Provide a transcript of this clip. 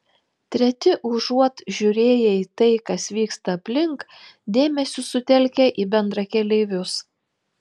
treti užuot žiūrėję į tai kas vyksta aplink dėmesį sutelkia į bendrakeleivius